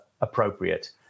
appropriate